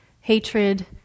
hatred